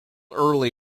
early